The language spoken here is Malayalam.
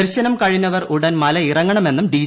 ദർശനം കഴിഞ്ഞവർ ഉടൻ ഇറങ്ങണമെന്നും ഡി